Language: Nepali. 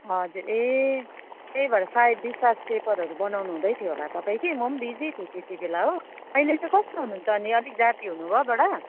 हजुर ए त्यही भएर सायद डिस्चार्ज पेपरहरू बनाउनुहुँदै थियो होला तपाईँ कि म पनि बिजी थिएँ त्यति बेला हो अहिले चाहिँ कस्तो हुनुहुन्छ अनि अलिक जाति हुनुभयो बडा